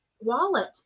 wallet